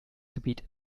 gebiet